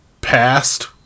past